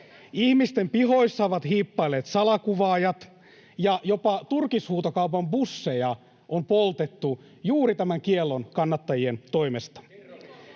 Ihmisten pihoissa ovat hiippailleet salakuvaajat, ja jopa turkishuutokaupan busseja on poltettu juuri tämän kiellon kannattajien toimesta.